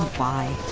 y